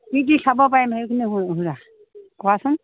কি কি খাব পাৰিম সেইখিনি শুনি লওঁ কোৱাচোন